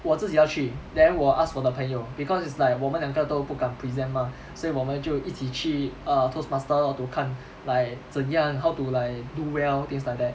我自己要去 then 我 ask 我的朋友 because it's like 我们两个都不敢 present mah 所以我们就一起去 err toastmaster lor to 看 like 怎样 how to like do well things like that